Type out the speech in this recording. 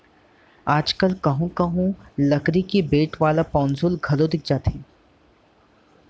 आज कल कोहूँ कोहूँ लकरी के बेंट वाला पौंसुल घलौ दिख जाथे